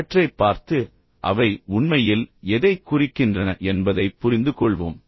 அவற்றைப் பார்த்து அவை உண்மையில் எதைக் குறிக்கின்றன என்பதைப் புரிந்துகொள்வோம்